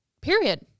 period